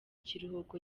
kiruhuko